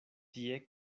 tie